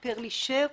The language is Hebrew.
אני פרלי שר,